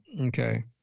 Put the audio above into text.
Okay